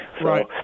Right